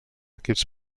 equips